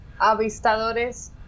Avistadores